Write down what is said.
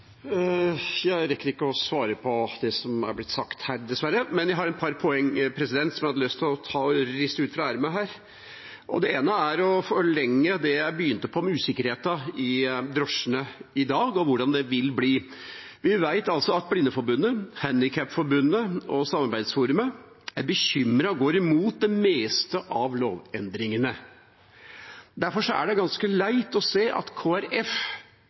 Jeg rekker ikke å svare på det som er blitt sagt her, dessverre, men jeg har et par poeng som jeg hadde lyst til å riste ut av ermet her. Det ene er i forlengelsen av det jeg begynte på med usikkerheten for drosjene i dag, og hvordan det vil bli: Vi vet at Blindeforbundet, Handikapforbundet og Samarbeidsforumet er bekymret og går imot det meste av lovendringene. Derfor er det ganske leit å se at